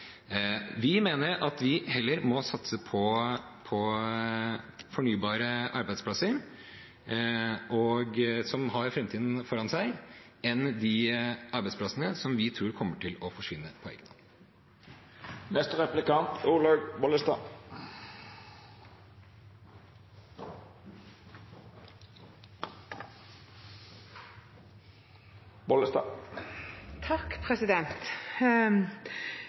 Vi mener at vi heller må satse på fornybare arbeidsplasser, som har framtiden foran seg, enn de arbeidsplassene som vi tror kommer til å forsvinne på